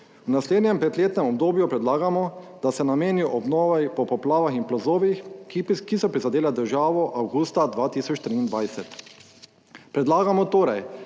V naslednjem petletnem obdobju predlagamo, da se namenijo obnovi po poplavah in plazovih, ki so prizadele državo avgusta 2023. Predlagamo torej,